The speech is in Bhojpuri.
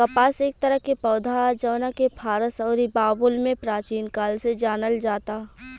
कपास एक तरह के पौधा ह जवना के फारस अउरी बाबुल में प्राचीन काल से जानल जाता